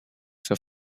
zur